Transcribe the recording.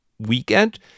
weekend